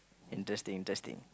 interesting interesting